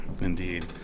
indeed